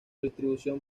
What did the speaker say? distribución